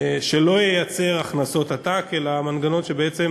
שלא ייצר הכנסות עתק, מנגנון שבעצם